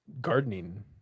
Gardening